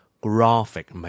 graphic